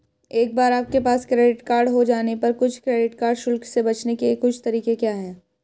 एक बार आपके पास क्रेडिट कार्ड हो जाने पर कुछ क्रेडिट कार्ड शुल्क से बचने के कुछ तरीके क्या हैं?